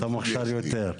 לא, אתה מוכשר יותר.